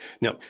now